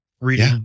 reading